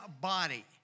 body